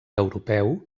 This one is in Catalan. europeu